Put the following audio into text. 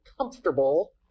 comfortable